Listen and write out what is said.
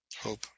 hope